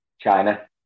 China